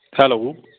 hello